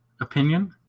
opinion